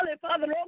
Father